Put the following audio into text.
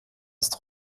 ist